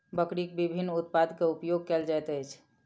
बकरीक विभिन्न उत्पाद के उपयोग कयल जाइत अछि